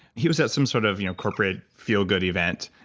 he was at some sort of you know corporate, feel good event,